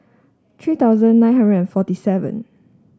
three thousand nine hundred and forty seven